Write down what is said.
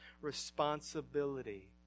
responsibility